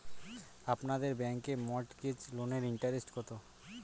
আপনাদের ব্যাংকে মর্টগেজ লোনের ইন্টারেস্ট কত?